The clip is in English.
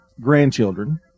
grandchildren